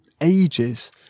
ages